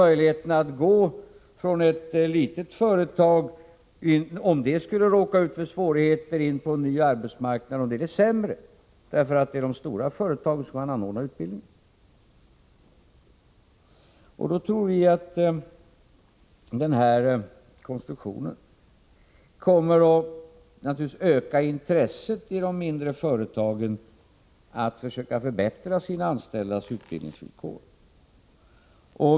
Möjligheten att gå från ett litet företag, om det skulle råka ut för svårigheter, in på en ny arbetsmarknad är då sämre, därför att det är de stora företagen som anordnar utbildning. Vi tror att den konstruktion vi har givit förnyelsefonderna kommer att öka intresset hos de mindre företagen att försöka förbättra sina anställdas utbildningsvillkor.